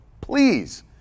please